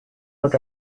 not